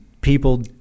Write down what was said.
people